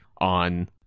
on